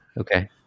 Okay